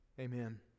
amen